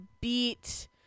beat